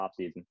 offseason